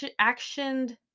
actioned